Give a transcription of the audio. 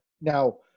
Now